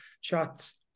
shots